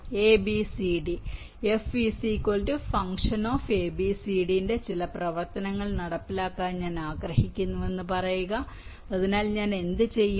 A B C D F fA B C D ന്റെ ചില പ്രവർത്തനങ്ങൾ നടപ്പിലാക്കാൻ ഞാൻ ആഗ്രഹിക്കുന്നുവെന്ന് പറയുക അതിനാൽ ഞാൻ എന്തുചെയ്യും